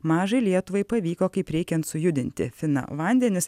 mažai lietuvai pavyko kaip reikiant sujudinti fina vandenis